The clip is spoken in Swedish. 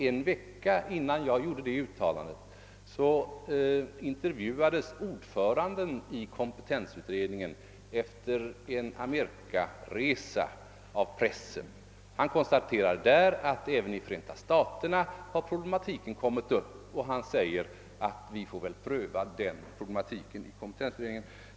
En vecka innan jag gjorde mitt uttalande intervjuades ju ordföranden i kompetensutredningen efter en resa till Amerika. Han sade då att denna problematik har kommit upp även i Förenta staterna, och han tillade att man väl fick pröva den frågan också i kompetensutredningen.